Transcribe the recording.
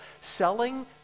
selling